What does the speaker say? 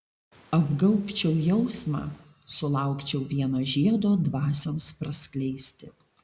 apgaubčiau jausmą sulaukčiau vieno žiedo dvasioms praskleisti